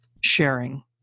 sharing